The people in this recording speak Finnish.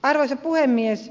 arvoisa puhemies